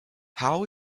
how